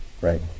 Right